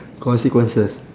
consequences